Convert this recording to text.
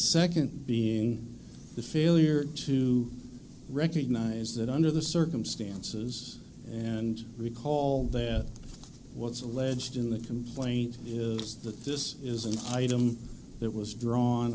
second being the failure to recognize that under the circumstances and recall that what's alleged in the complaint is that this is an item that was drawn